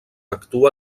actua